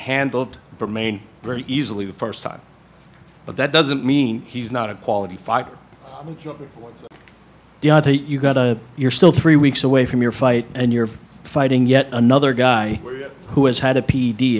handled remain very easily the st time but that doesn't mean he's not a quality fighter you've got you're still three weeks away from your fight and you're fighting yet another guy who has had a p